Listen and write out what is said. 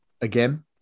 Again